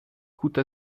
coûte